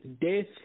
death